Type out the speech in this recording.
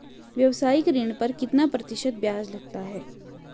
व्यावसायिक ऋण पर कितना प्रतिशत ब्याज लगता है?